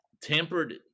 Tampered